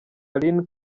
aline